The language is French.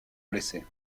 blessés